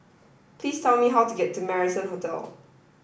please tell me how to get to Marrison Hotel